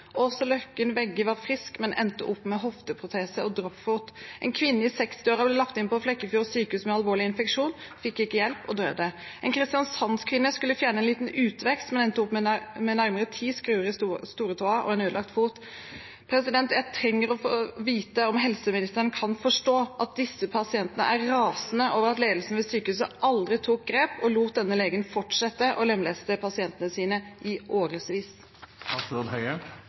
Løkken Vegge var frisk, men endte opp med hofteproteste og droppfot. En kvinne i 60-årene ble lagt inn på Flekkefjord sykehus med alvorlig infeksjon, fikk ikke hjelp og døde. En Kristiansand-kvinne skulle fjerne en liten utvekst, men endte opp med nærmere ti skruer i stortåa og en ødelagt fot. Jeg trenger å få vite om helseministeren kan forstå at disse pasientene er rasende over at ledelsen ved sykehuset aldri tok grep, og lot denne legen fortsette å lemleste pasientene sine i